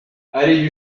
allée